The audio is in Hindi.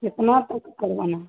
कितना तक करवाना है